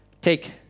Take